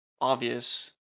obvious